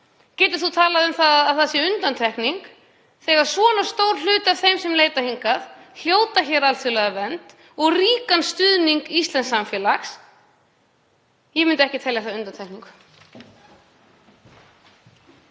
Getur maður talað um að það sé undantekning þegar svona stór hluti af þeim sem leita hingað hljóta hér alþjóðlega vernd og ríkan stuðning íslensks samfélags? Ég myndi ekki telja það undantekningu.